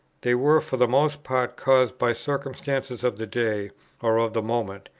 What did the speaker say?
they were for the most part caused by circumstances of the day or of the moment,